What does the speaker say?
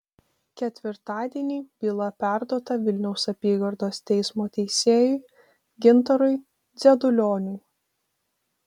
ketvirtadienį byla perduota vilniaus apygardos teismo teisėjui gintarui dzedulioniui